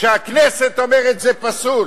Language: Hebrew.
כשהכנסת אומרת, זה פסול,